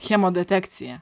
hemo detekcija